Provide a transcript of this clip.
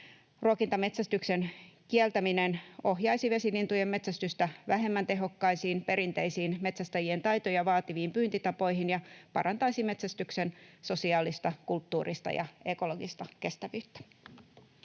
Ruokintametsästyksen kieltäminen ohjaisi vesilintujen metsästystä vähemmän tehokkaisiin, perinteisiin metsästäjien taitoja vaativiin pyyntitapoihin ja parantaisi metsästyksen sosiaalista, kulttuurista ja ekologista kestävyyttä.